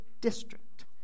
District